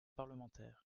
parlementaire